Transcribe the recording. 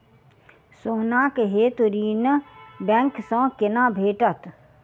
सोनाक हेतु ऋण बैंक सँ केना भेटत?